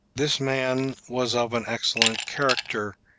this man was of an excellent character,